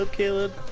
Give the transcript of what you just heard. ah caleb.